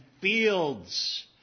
fields